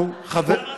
חבר הכנסת,